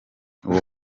uwo